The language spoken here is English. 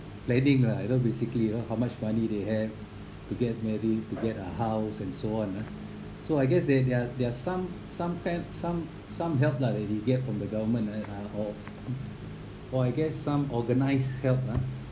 planning lah you know basically you know how much money they have to get married to get a house and so on ah so I guess they their their some some kind some some help lah that they get from the government right uh or or I guess some organised health lah